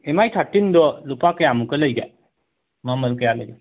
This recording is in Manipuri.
ꯑꯦꯝ ꯑꯥꯏ ꯊꯥꯔꯇꯤꯟꯗꯣ ꯂꯨꯄꯥ ꯀꯌꯥꯃꯨꯛꯀ ꯂꯩꯒꯦ ꯃꯃꯜ ꯀꯌꯥ ꯂꯩꯒꯦ